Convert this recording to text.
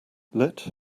lit